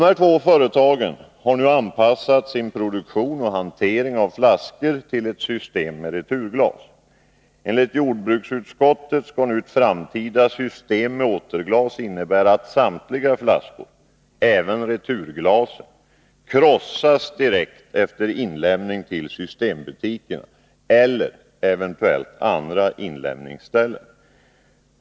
Dessa två företag har nu anpassat sin produktion och hantering av flaskor till ett system med returglas. Enligt jordbruksutskottet skall ett framtida system med återglas innebära att samtliga flaskor — även returglasen — krossas direkt efter inlämning till systtembutikerna eller eventuellt andra inlämningsställen.